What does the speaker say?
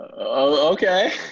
okay